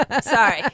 Sorry